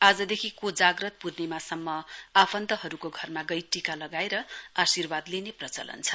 आजदेखि कोजाग्रत प्रर्णिमासम्म आफन्तहरुको घरमा गई टीका लगेर आर्शिवाद लिने प्रचलन छ